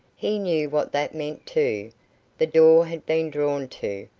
he knew what that meant, too the door had been drawn to,